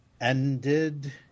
ended